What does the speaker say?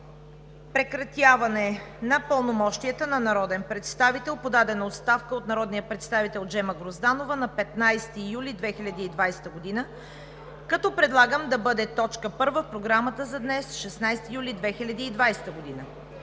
Прекратяване на пълномощията на народен представител – подадена е оставка от народния представител Джема Грозданова на 15 юли 2020 г., като предлагам да бъде точка първа в Програмата за днес, 16 юли 2020 г.